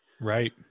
right